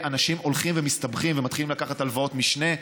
אנשים הולכים ומסתבכים ומתחילים לקחת הלוואות משנה,